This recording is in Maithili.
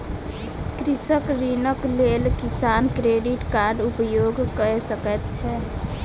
कृषक ऋणक लेल किसान क्रेडिट कार्डक उपयोग कय सकैत छैथ